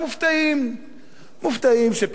מופתעים שפתאום יש שרים חדשים,